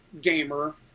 gamer